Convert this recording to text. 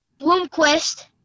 Bloomquist